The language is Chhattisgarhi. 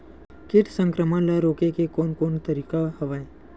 कीट संक्रमण ल रोके के कोन कोन तरीका हवय?